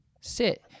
sit